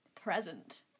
present